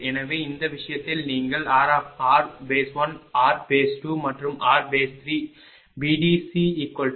எனவே இந்த விஷயத்தில் நீங்கள் r1 r2 மற்றும் r3 VDC500